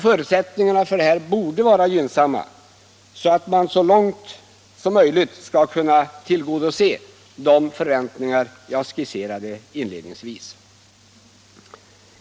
Förutsättningarna för att man skall kunna tillgodose de förväntningar som jag inledningsvis skisserat borde vara gynnsamma.